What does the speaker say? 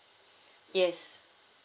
yes